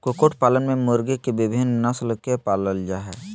कुकुट पालन में मुर्गी के विविन्न नस्ल के पालल जा हई